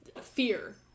fear